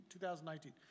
2019